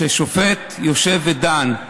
כששופט יושב ודן,